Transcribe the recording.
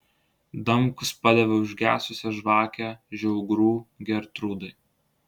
damkus padavė užgesusią žvakę žiaugrų gertrūdai